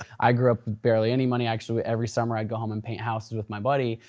i grew up with barely any money. actually every summer i'd go home and paint houses with my buddy.